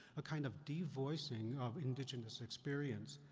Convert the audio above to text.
a kind of devoicing of indigenous experience.